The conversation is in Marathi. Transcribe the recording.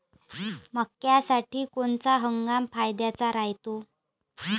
मक्क्यासाठी कोनचा हंगाम फायद्याचा रायते?